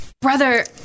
Brother